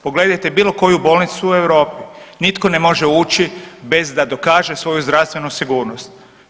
Pogledajte bilo koju bolnicu u Europi, nitko ne može ući bez da dokaže svoju zdravstvenu sigurnost.